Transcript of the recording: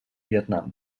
vietnam